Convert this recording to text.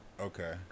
Okay